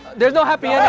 there's no happy